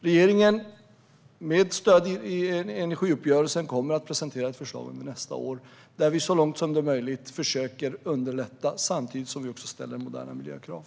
Regeringen kommer med stöd av energiuppgörelsen att presentera ett förslag under nästa år där vi så långt som det är möjligt försöker underlätta samtidigt som vi ställer moderna miljökrav.